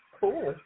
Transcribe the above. cool